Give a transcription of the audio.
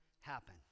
happen